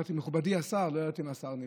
אמרתי "מכובדי השר" ולא ידעתי אם השר נמצא.